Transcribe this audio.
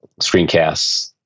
screencasts